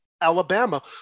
Alabama